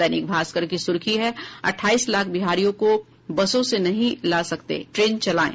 दैनिक भास्कर की सुर्खी है अठाईस लाख बिहारियों को बसों से नहीं ला सकते ट्रेन चलाएं